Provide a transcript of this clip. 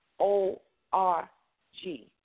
O-R-G